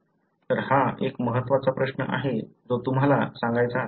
तर हा एक महत्वाचा प्रश्न आहे जो तुम्हाला सांगायचा आहे